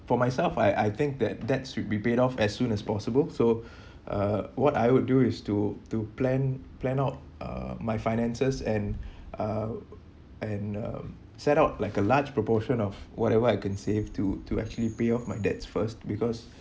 for myself I I think that debt should be paid off as soon as possible so uh what I would do is to to plan plan out uh my finances and uh and uh set out like a large proportion of whatever I can save to to actually pay off my debts first because